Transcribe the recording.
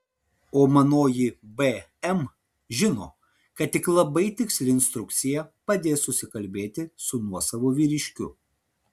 o manoji bm žino kad tik labai tiksli instrukcija padės susikalbėti su nuosavu vyriškiu